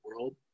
world